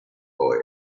boy